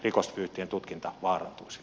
arvoisa puhemies